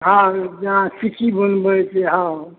हाँ जेना सिक्की बनबै छै हाँ